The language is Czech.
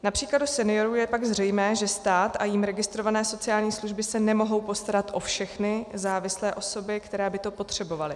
Na příkladu seniorů je pak zřejmé, že stát a jím registrované sociální služby se nemohou postarat o všechny závislé osoby, které by to potřebovaly.